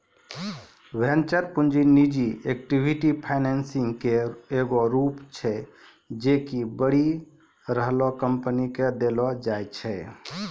venture पूंजी निजी equity financing के एगो रूप छै जे कि बढ़ि रहलो कंपनी के देलो जाय छै